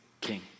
king